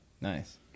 Nice